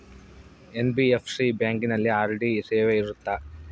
NBFC ಬ್ಯಾಂಕಿನಲ್ಲಿ RD ಸೇವೆ ಇರುತ್ತಾ?